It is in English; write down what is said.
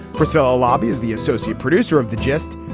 for so a lobby is the associate producer of the gist.